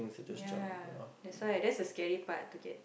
ya that's why that's the scary part to get